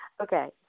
Okay